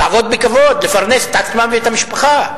לעבוד בכבוד, לפרנס את עצמם ואת המשפחה.